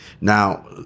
Now